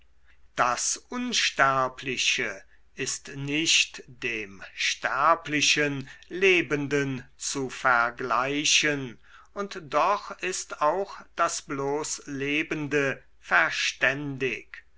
das unsterbliche ist nicht dem sterblichen lebenden zu vergleichen und doch ist auch das bloß lebende verständig